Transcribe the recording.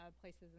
places